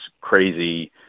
crazy